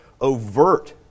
overt